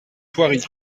thoiry